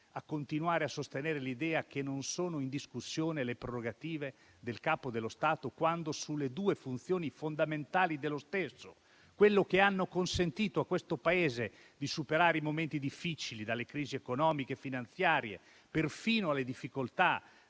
a continuare a sostenere l'idea che non sono in discussione le prerogative del Capo dello Stato quando verranno meno le due funzioni fondamentali dello stesso, quelle che hanno consentito a questo Paese di superare i momenti difficili dalle crisi economiche e finanziarie fino alle difficoltà